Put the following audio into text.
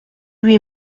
lui